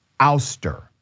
ouster